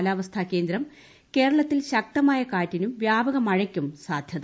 കാലാവസ്ഥാ കേന്ദ്രം കേരളത്തിൽ ശക്തമായകാറ്റിനും വ്യാപക മഴയ്ക്കും സാധ്യത